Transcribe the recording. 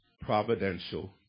providential